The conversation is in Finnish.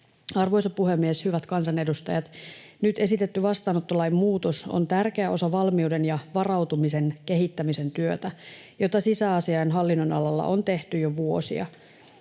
Arvoisa puhemies, hyvät kansanedustajat! Nyt esitetty vastaanottolain muutos on tärkeä osa valmiuden ja varautumisen kehittämisen työtä, jota sisäasiainhallinnon alalla on tehty jo vuosia.